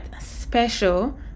special